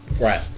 Right